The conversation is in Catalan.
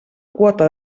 quota